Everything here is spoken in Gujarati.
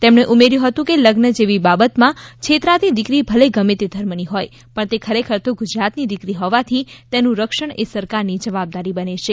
તેમણે ઉમેર્યું હતું કે લઝ્ન જેવી બાબત માં છેતરાતી દીકરી ભલે ગમે તે ધર્મની હોય પણ તે ખરેખર તો ગુજરાત ની દીકરી હોવાથી તેનું રક્ષણએ સરકારની જવાબદારી બને છે